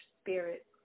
spirit